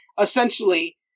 Essentially